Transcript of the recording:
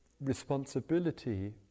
responsibility